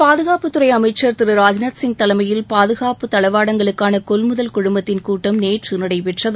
பாதுகாப்புத்துறை அமைச்சர் திரு ராஜ்நாத்சிங் தலைமையில் பாதுகாப்பு தளவாடங்களுக்கான கொள்முதல் குழுமத்தின் கூட்டம் நேற்று நடைபெற்றது